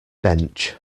bench